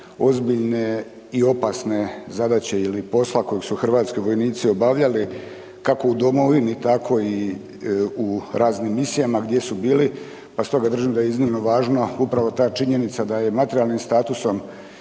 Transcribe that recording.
ozbiljne i opasne zadaće ili posla kojeg su hrvatski vojnici obavljali kako u domovini, tako i u raznim Misijama gdje su bili, pa stoga držim da je iznimno važno upravo ta činjenica da je materijalnim statusom